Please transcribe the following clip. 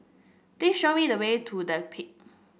please show me the way to The Peak